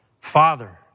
Father